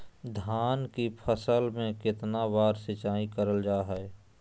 धान की फ़सल को कितना बार सिंचाई करल जा हाय?